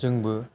जोंबो